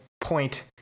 point